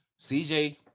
CJ